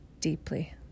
deeply